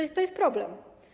I to jest problem.